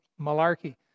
malarkey